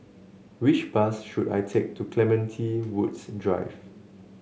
which bus should I take to Clementi Woods Drive